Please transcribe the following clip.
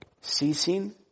ceasing